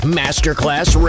masterclass